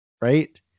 right